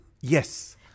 Yes